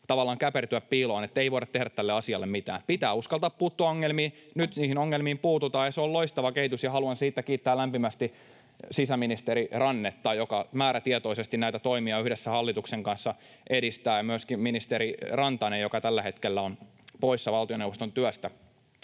tavallaan käpertyä piiloon, että ”ei voida tehdä tälle asialle mitään”. Pitää uskaltaa puuttua ongelmiin. Nyt niihin ongelmiin puututaan, ja se on loistava kehitys, ja haluan siitä kiittää lämpimästi sisäministeri Rannetta, joka määrätietoisesti näitä toimia yhdessä hallituksen kanssa edistää, ja myöskin ministeri Rantasta, joka tällä hetkellä on poissa valtioneuvoston työstä.